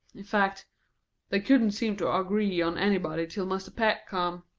in fact they couldn't seem to agree on anybody till mr. peck come.